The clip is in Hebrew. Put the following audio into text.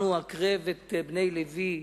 "הקרב את בני לוי".